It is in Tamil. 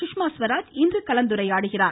குஷ்மா ஸ்வராஜ் இன்று கலந்துரையாடுகிறார்